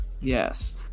Yes